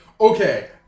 Okay